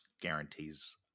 guarantees